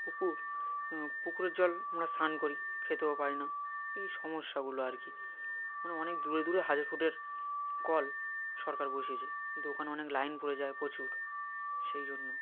পুকুর পুকুরের জল আমরা স্নান করি খেতেও পারি না এই সমস্যাগুলো আর কি মানে অনেক দূরে দূরে হাজার ফুটের কল সরকার বসিয়েছে কিন্তু ওখানে অনেক লাইন পড়ে যায় প্রচুর সেই জন্য